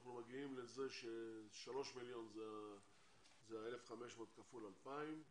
אנחנו מגיעים לזה ש-3 מיליון זה ה-1,500 כפול 2,000,